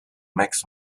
max